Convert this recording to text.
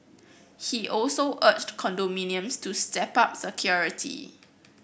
he also urged condominiums to step up security